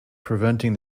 preventing